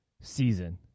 season